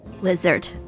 lizard